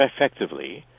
effectively